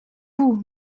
vous